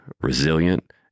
resilient